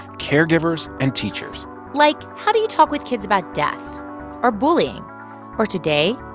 caregivers and teachers like how do you talk with kids about death or bullying or, today,